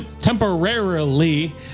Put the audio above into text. temporarily